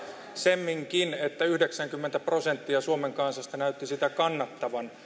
semminkin että yhdeksänkymmentä prosenttia suomen kansasta näytti kannattavan